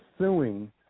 suing